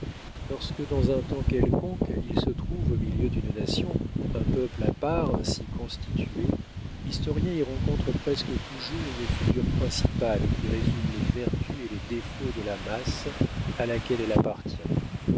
lorsque dans un temps quelconque il se trouve au milieu d'une nation un peuple à part ainsi constitué l'historien y rencontre presque toujours une figure principale qui résume les vertus et les défauts de la masse à laquelle elle appartient